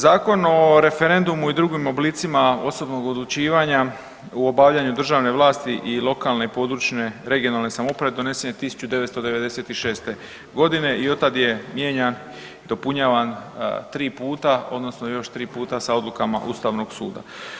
Zakon o referendumu i drugim oblicima osobnog odlučivanja u obavljanju državne vlasti i lokalne i područne (regionalne) samouprave donesen je 1996. g. i od tad je mijenjan i dopunjavan 3 puta, odnosno još 3 puta sa odlukama Ustavnog suda.